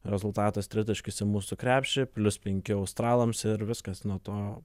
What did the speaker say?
rezultatas tritaškis į mūsų krepšį plius penki australams ir viskas nuo to